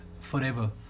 forever